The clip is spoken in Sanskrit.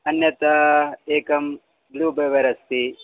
अन्यत् एकं ब्लूबेवर् अस्ति